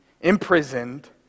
imprisoned